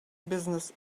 business